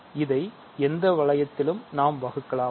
இதை எந்த வளையத்திலும் நாம் வகுக்கலாம்